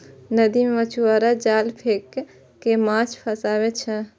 नदी मे मछुआरा जाल फेंक कें माछ कें फंसाबै छै